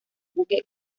buque